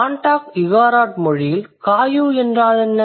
Bontoc Igorot மொழியில் Kayu என்றால் என்ன